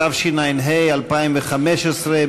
התשע"ה 2015,